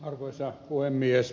arvoisa puhemies